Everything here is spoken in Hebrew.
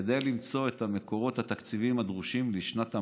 כדי למצוא את המקורות התקציביים הדרושים לשנת המעבר,